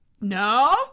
no